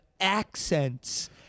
accents